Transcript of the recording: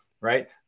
right